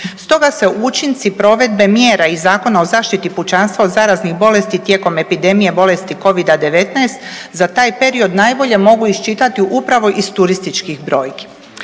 Stoga se učinci provedbe mjera iz Zakona o zaštiti pučanstva od zaraznih bolesti tijekom epidemije bolesti Covid-19 za taj period najbolje mogu iščitati upravo iz turističkih brojki.